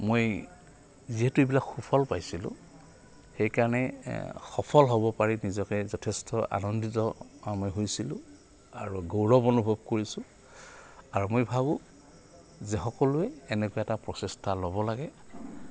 মই যিহেতু এইবিলাক সুফল পাইছিলোঁ সেইকাৰণে সফল হ'ব পাৰি নিজকে যথেষ্ট আনন্দিত মই হৈছিলোঁ আৰু গৌৰৱ অনুভৱ কৰিছোঁ আৰু মই ভাবোঁ যে সকলোৱে এনেকুৱা এটা প্ৰচেষ্টা ল'ব লাগে